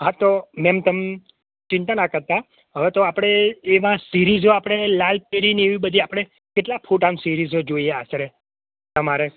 હા તો મેમ તમ ચિંતાના કરતાં હવે તો આપડે એના સિરિજૉ આપડે લાલ પીળી ની એવી બધી આપડે કેટલા મ ફોટામ સિરિજૉ જોઈએ આશરે તમારે